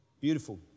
Beautiful